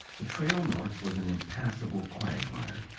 the trail north was an impassable quagmire.